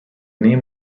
name